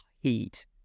heat